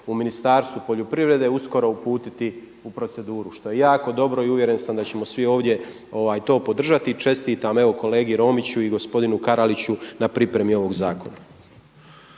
u Ministarstvu poljoprivrede uskoro uputiti u proceduru što je jako dobro i uvjeren sam da ćemo svi ovdje to podržati. I čestitam, evo kolegi Romiću i gospodinu Karaliću na pripremi ovog zakona.